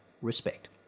respect